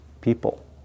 people